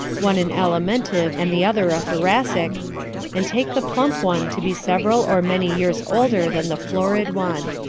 one an alimentive and the other a thoracic and take the plump one to be several or many years older than the florid one.